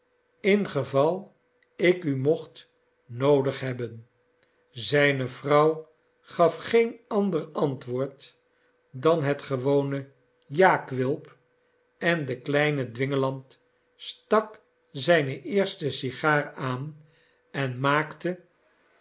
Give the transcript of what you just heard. geval ik u mocht noodig hebben zijne vrouw gaf geen ander antwoord dan het gewone ja quilp en de kleine dwingeland stak zijne eerste sigaar aan en maakte